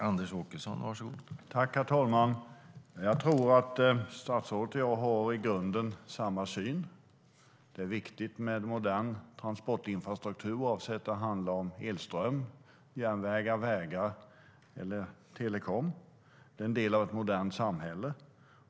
Herr talman! Jag tror att statsrådet och jag har samma syn i grunden. Det är viktigt med modern transportinfrastruktur, oavsett om det handlar om elström, järnvägar, vägar eller telekom. Det är en del av ett modernt samhälle.